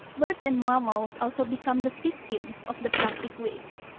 birds and mammals also become the victims of the plastic waste.